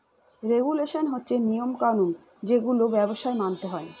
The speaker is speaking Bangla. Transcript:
রেগুলেশন হচ্ছে নিয়ম কানুন যেগুলো ব্যবসায় মানতে হয়